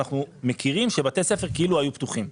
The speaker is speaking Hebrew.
אנחנו מכירים שבתי הספר היו כאילו פתוחים,